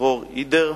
דרור אידֵר,